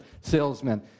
salesmen